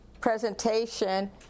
presentation